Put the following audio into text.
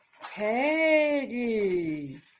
Peggy